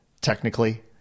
technically